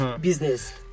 business